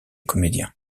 comédiens